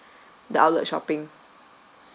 the outlet shopping